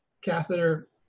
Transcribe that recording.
Catheter